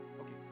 Okay